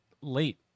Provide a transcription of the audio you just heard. late